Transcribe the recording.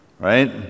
Right